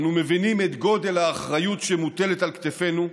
אנו מבינים את גודל האחריות שמוטלת על כתפינו,